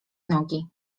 nogi